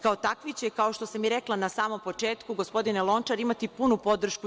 Kao takvi će, kao što sam rekla na samom početku, gospodine Lončar, imati punu podršku JS.